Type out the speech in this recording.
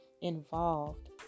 involved